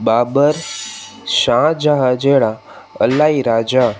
बाबर शाहजहां जहिड़ा इलाही राजा